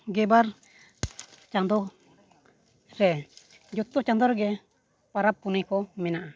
ᱜᱮᱞᱵᱟᱨ ᱪᱟᱸᱫᱳ ᱨᱮ ᱡᱚᱛᱚ ᱪᱟᱸᱫᱳ ᱨᱮᱜᱮ ᱯᱚᱨᱚᱵᱽ ᱯᱩᱱᱟᱹᱭ ᱠᱚ ᱢᱮᱱᱟᱜᱼᱟ